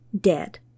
dead